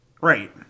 right